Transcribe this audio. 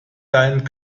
deinen